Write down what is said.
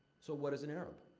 so, what is an arab?